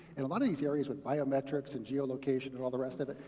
and a lot of these areas with biometrics and geolocation and all the rest of it,